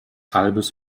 halbes